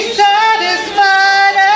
satisfied